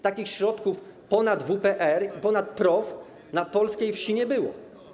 Takich środków ponad WPR i ponad PROW na polskiej wsi nie było.